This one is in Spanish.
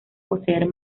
poseer